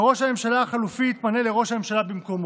וראש הממשלה החלופי יתמנה לראש הממשלה במקומו.